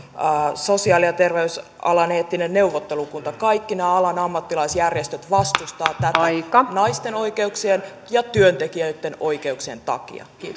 sosiaali ja terveysalan eettinen neuvottelukunta kaikki nämä alan ammattilaisjärjestöt vastustavat tätä naisten oikeuksien ja työntekijöitten oikeuksien takia